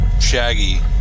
shaggy